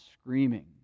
screaming